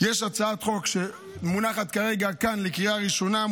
יש הצעת חוק שמונחת כרגע כאן לקריאה ראשונה.